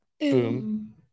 Boom